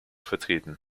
vertreten